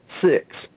six